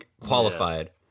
qualified